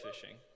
fishing